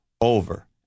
over